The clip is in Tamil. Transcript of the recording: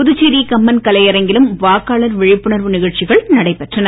புதுச்சேரி கம்பன் கலையரங்கிலும் வாக்காளர் விழிப்புணர்வு நிகழ்ச்சிகள் நடைபெற்றன